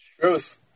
Truth